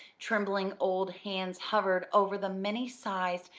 trembling old hands hovered over the many-sized,